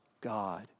God